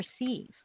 receive